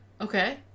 Okay